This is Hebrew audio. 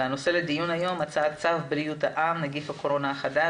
הנושא לדיון היום הוא הצעת צו בריאות העם (נגיף הקורונה החדש)